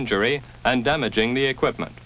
injury and damaging the equipment